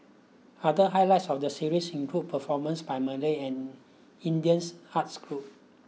other highlights of the series include performances by Malay and Indian's arts groups